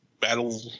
battle